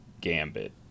gambit